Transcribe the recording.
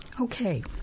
Okay